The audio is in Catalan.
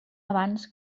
abans